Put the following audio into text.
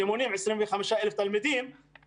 שמונים 25,000 תלמידים,